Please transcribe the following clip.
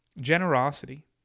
Generosity